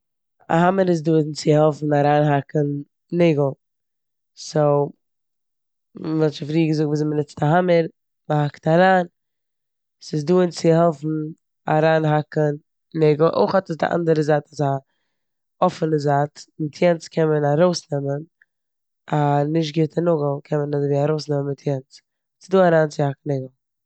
א האממער איז דא אונז צו העלפן אריינהאקן נעגל. סאו מ'האט שוין פריער געזאגט וויאזוי מ'נוצט א האממער, מ'באקט אריין. ס'דא אונז צו העלפן אריינהאקן נעגל. אויך האט עס די אנדערע זייט אזא אפענע זייט, מיט יענס קען מען ארויסנעמען א נישט גוטע נאגל קען מען אזויווי ארויסנעמען מיט יענס. ס'דא אריינציהאקן נעגל.